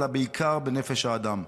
אלא בעיקר בנפש האדם,